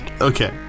Okay